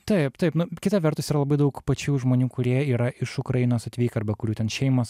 taip taip nu kita vertus yra labai daug pačių žmonių kurie yra iš ukrainos atvykę arba kurių ten šeimos